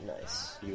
Nice